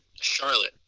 Charlotte